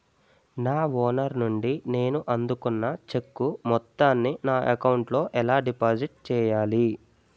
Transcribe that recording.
నా ఓనర్ నుండి నేను అందుకున్న చెక్కు మొత్తాన్ని నా అకౌంట్ లోఎలా డిపాజిట్ చేయాలి?